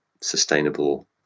sustainable